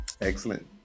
Excellent